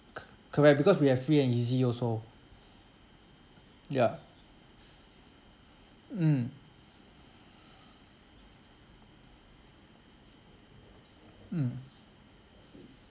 c~ correct because we have free and easy also ya mm mm